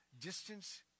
Distance